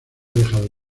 dejado